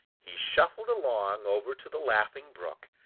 he shuffled along over to the laughing brook,